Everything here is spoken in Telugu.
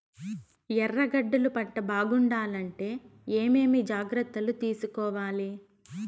ఎర్రగడ్డలు పంట బాగుండాలంటే ఏమేమి జాగ్రత్తలు తీసుకొవాలి?